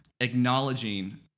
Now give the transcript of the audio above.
acknowledging